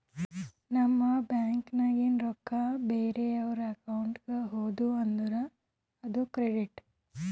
ನಮ್ ಬ್ಯಾಂಕ್ ನಾಗಿಂದ್ ರೊಕ್ಕಾ ಬ್ಯಾರೆ ಅವ್ರ ಅಕೌಂಟ್ಗ ಹೋದು ಅಂದುರ್ ಅದು ಕ್ರೆಡಿಟ್